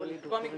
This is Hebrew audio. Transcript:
או לקבוע מגבלות,